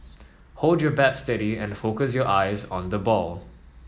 hold your bat steady and focus your eyes on the ball